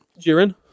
jiren